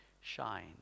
shine